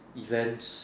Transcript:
events